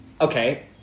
Okay